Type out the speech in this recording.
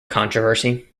controversy